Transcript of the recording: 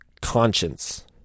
conscience